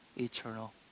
eternal